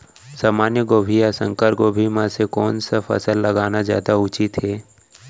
सामान्य गोभी या संकर गोभी म से कोन स फसल लगाना जादा उचित हे?